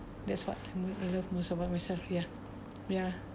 that's what I'm love I love most about myself ya ya